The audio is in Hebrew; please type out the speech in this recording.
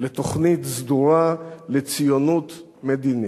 לתוכנית סדורה, לציונות מדינית.